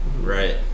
Right